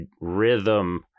rhythm